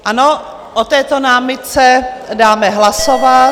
Ano, o této námitce dáme hlasovat.